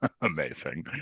amazing